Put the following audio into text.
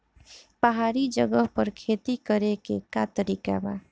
पहाड़ी जगह पर खेती करे के का तरीका बा?